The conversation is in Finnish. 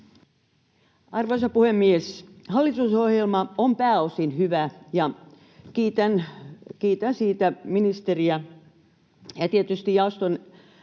Arvoisa puhemies! Hallitusohjelma on pääosin hyvä. Kiitän siitä ministeriä ja tietysti jaoston